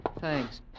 Thanks